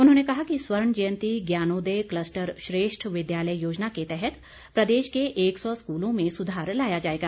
उन्होंने कहा कि स्वर्ण जयंती ज्ञानोदय क्लस्टर श्रेष्ठ विद्यालय योजना के तहत प्रदेश के एक सौ स्कूलों में सुधार लाया जाएगा